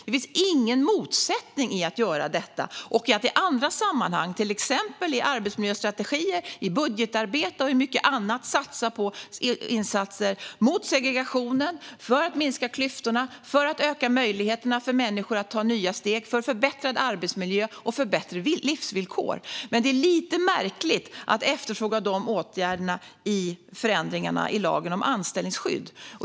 Det finns ingen motsättning i att göra detta och att i andra sammanhang, till exempel i arbetsmiljöstrategier, budgetarbetet och mycket annat, satsa på insatser mot segregationen, för att minska klyftorna och öka möjligheterna för människor att ta nya steg. Det handlar om förbättrad arbetsmiljö och bättre livsvillkor. Det är lite märkligt att efterfråga de åtgärderna i förändringen i lagen om anställningsskydd.